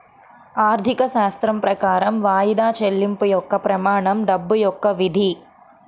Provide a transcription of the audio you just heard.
ఆర్థికశాస్త్రం ప్రకారం వాయిదా చెల్లింపు యొక్క ప్రమాణం డబ్బు యొక్క విధి